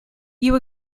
you